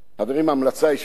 חברים, המלצה אישית שלי,